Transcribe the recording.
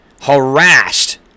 harassed